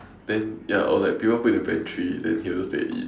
then ya or like people put in the pantry then he will just take and eat